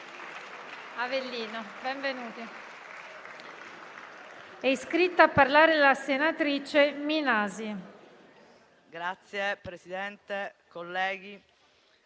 È iscritta a parlare la senatrice Minasi.